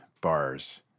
bars